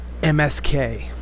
MSK